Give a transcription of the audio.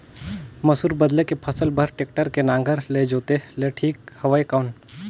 मसूर बदले के फसल बार टेक्टर के नागर ले जोते ले ठीक हवय कौन?